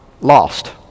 lost